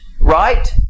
right